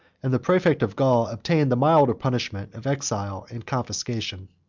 and the praefect of gaul obtained the milder punishment of exile and confiscation.